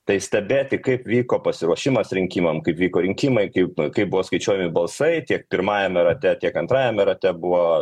tai stebėti kaip vyko pasiruošimas rinkimam kaip vyko rinkimai kaip kaip buvo skaičiuojami balsai tiek pirmajame rate tiek antrajame rate buvo